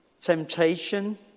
temptation